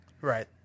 Right